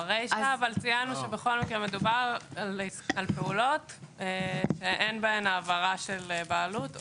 אבל ציינו שבכל מקרה מדובר על פעולות שאין בהן העברה של בעלות.